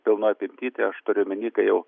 pilnoj apimty tai aš turiu omeny kai jau